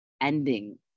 ending